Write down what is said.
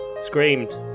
screamed